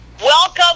Welcome